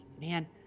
man